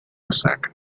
osaka